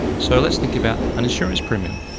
so let's think about an insurance premium.